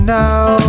now